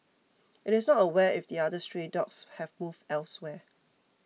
it is not aware if the other stray dogs have moved elsewhere